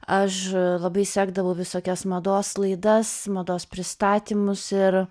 aš labai sekdavau visokias mados laidas mados pristatymus ir